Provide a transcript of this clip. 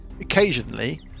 occasionally